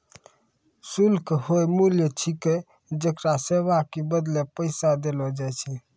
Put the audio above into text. शुल्क हौअ मूल्य छिकै जेकरा सेवा के बदले पैसा देलो जाय छै